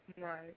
Right